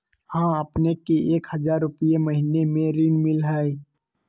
हां अपने के एक हजार रु महीने में ऋण मिलहई?